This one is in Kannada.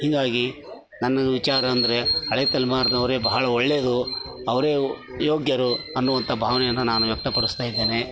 ಹೀಗಾಗಿ ನನ್ನ ವಿಚಾರ ಅಂದರೆ ಹಳೆ ತಲೆಮಾರಿನವ್ರೆ ಬಹಳ ಒಳ್ಳೆದು ಅವ್ರೇ ಯೋಗ್ಯರು ಅನ್ನುವಂತ ಭಾವನೆಯನ್ನು ನಾನು ವ್ಯಕ್ತಪಡಿಸ್ತಾಯಿದ್ದೆನೆ